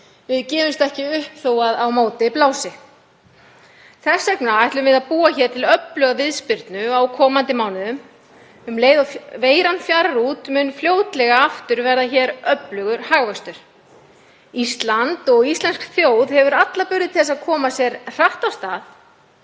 við gefumst ekki upp þótt á móti blási. Þess vegna ætlum við að búa til öfluga viðspyrnu á komandi mánuðum. Um leið og veiran fjarar út mun verða hér öflugur hagvöxtur fljótlega aftur. Ísland og íslensk þjóð hefur alla burði til að koma sér hratt af stað.